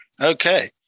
Okay